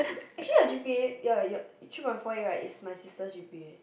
actually your g_p_a ya ya three point four right is my sister g_p_a